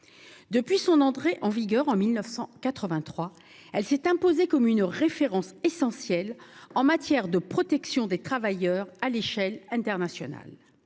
Depuis son entrée en vigueur en 1983, elle s’est imposée comme une référence essentielle en matière de protection des travailleurs à l’échelle internationale.